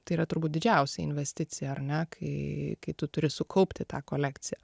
tai yra turbūt didžiausia investicija ar ne kai kai tu turi sukaupti tą kolekciją